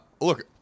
look